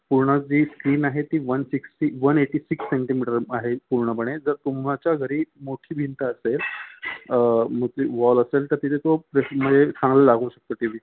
पूर्ण जी स्क्रीन आहे ती one sixty one eighty six centimetre आहे पूर्णपणे जर तुमच्या घरी मोठी भिंत असेल मोठी वॉल असेल तर तिथे तो प्रे म्हणजे चांगला लागू शकतो टी वी